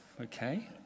Okay